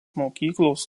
mokyklos